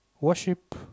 worship